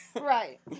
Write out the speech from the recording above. Right